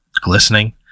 glistening